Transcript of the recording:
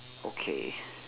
okay